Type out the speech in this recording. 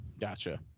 Gotcha